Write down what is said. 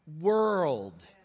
world